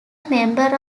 member